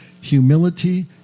Humility